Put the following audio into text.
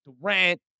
Durant